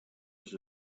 was